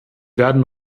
werden